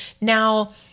Now